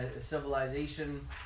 civilization